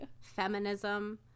feminism